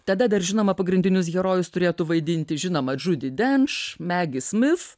tada dar žinoma pagrindinius herojus turėtų vaidinti žinoma žiudi denš megis mis